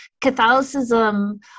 Catholicism